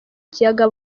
kiyaga